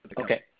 Okay